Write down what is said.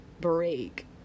break